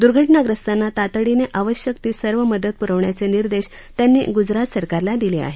दुर्घटनाग्रस्तांना तातडीनं आवश्यकती सर्व मदत प्रवण्याचे निर्देश त्यांनी ग्जरात सरकारला दिले आहेत